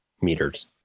meters